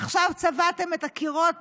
עכשיו צבעתם את הקירות